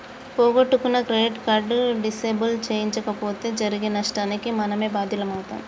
పోగొట్టుకున్న credit card disable చేయించకపోతే జరిగే నష్టానికి మనమే బాధ్యులమవుతం